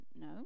No